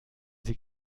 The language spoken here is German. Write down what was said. sie